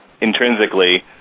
intrinsically